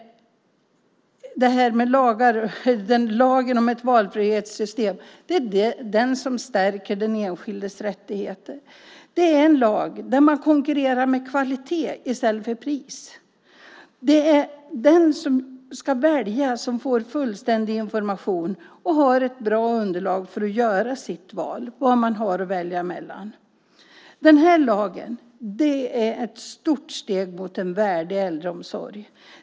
Lagen om ett valfrihetssystem är det som stärker den enskildes rättigheter. Det är en lag där man konkurrerar med kvalitet i stället för pris. Det är den som ska välja som får fullständig information och har ett bra underlag för att göra sitt val mellan det man har att välja mellan. Den här lagen är ett stort steg mot en värdig äldreomsorg.